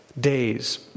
days